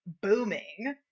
booming